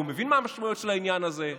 והוא מבין מה המשמעויות של העניין הזה,